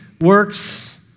works